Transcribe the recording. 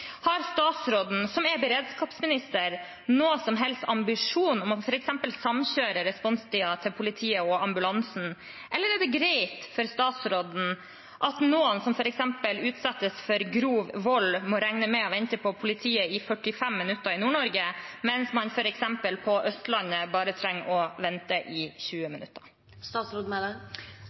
Har statsråden, som er beredskapsminister, noen som helst ambisjon om å samkjøre responstiden til politi og ambulanse, eller er det greit for statsråden at noen som f.eks. utsettes for grov vold, må regne med å vente på politiet i 45 minutter i Nord-Norge, mens man på Østlandet bare trenger å vente i 20